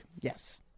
Yes